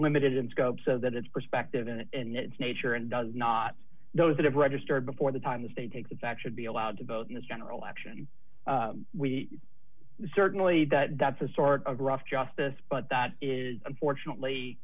limited in scope so that it's prospective and it's nature and does not those that have registered before the time the state takes a fact should be allowed to vote in this general election we certainly that that's a sort of rough justice but that is unfortunately